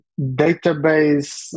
database